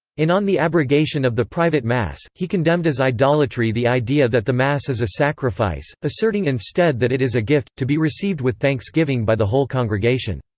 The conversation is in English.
in on the abrogation of the private mass, he condemned as idolatry the idea that the mass is a sacrifice, asserting instead that it is a gift, to be received with thanksgiving by the whole congregation.